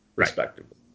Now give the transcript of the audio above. respectively